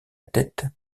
tête